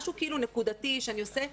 משהו נקודתי שאני עושה,